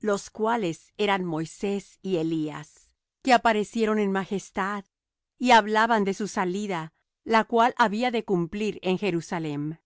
los cuales eran moisés y elías que aparecieron en majestad y hablaban de su salida la cual había de cumplir en jerusalem